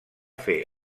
fer